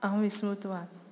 अहं विस्मृतवान्